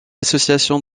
association